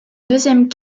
deuxième